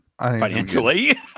financially